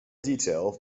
detail